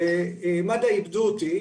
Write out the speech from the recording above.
מד"א איבדו אותי.